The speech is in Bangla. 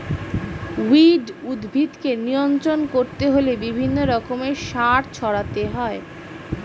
উইড উদ্ভিদকে নিয়ন্ত্রণ করতে হলে বিভিন্ন রকমের সার ছড়াতে হয়